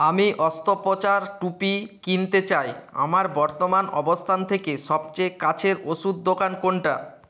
আমি অস্ত্রোপচার টুপি কিনতে চাই আমার বর্তমান অবস্থান থেকে সবচেয়ে কাছের ওষুধ দোকান কোনটা